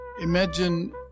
Imagine